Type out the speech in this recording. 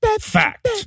Fact